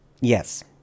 Yes